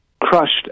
crushed